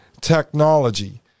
technology